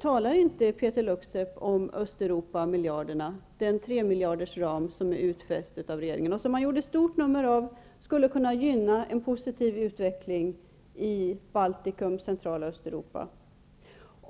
Talar inte Peeter Luksep om Östeuropamiljarderna, den tremiljardersram som är utfäst av regeringen? Den gjorde man stort nummer av. Den skulle kunna gynna en positiv utveckling i Baltikum, Centraloch Östeuropa.